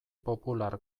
popular